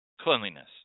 cleanliness